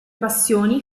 passioni